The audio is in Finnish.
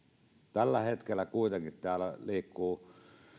tällä hetkellä kuitenkin täällä liikkuu